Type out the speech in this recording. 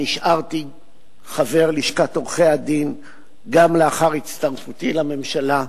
נשארתי חבר לשכת עורכי-הדין גם לאחר הצטרפותי לממשלה.